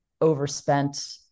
overspent